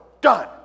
Done